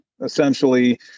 Essentially